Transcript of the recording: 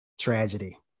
tragedy